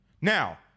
Now